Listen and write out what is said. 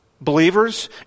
Believers